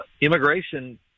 immigration